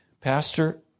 Pastor